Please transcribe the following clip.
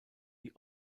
die